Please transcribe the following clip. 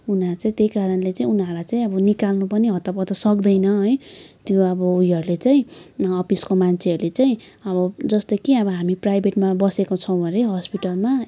उनीहरू चाहिँ त्यही कारणले चाहिँ उनीहरूलाई चाहिँ अब निकाल्नु पनि हतपत सक्दैन है त्यो अब उयोहरूले चाहिँ अफिसको मान्छेहरूले चाहिँ अब जस्तो कि हामी प्राइभेटमा बसेको छौँ अरे हस्पिटलमा